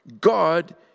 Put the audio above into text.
God